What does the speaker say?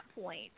point